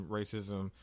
racism